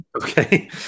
Okay